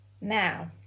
Now